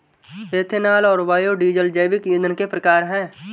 ethanol और biodiesel जैविक ईंधन के प्रकार है